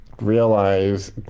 realize